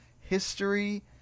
history